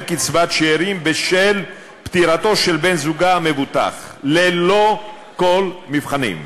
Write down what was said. קצבת שאירים בשל פטירתו של בן-זוגה המבוטח ללא כל מבחנים.